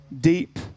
Deep